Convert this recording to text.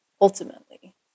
ultimately